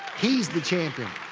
he's the champion.